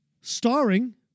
starring